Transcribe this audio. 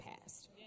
past